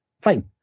fine